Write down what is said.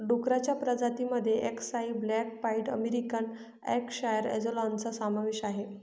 डुक्करांच्या प्रजातीं मध्ये अक्साई ब्लॅक पाईड अमेरिकन यॉर्कशायर अँजेलॉनचा समावेश आहे